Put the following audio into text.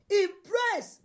impress